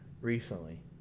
recently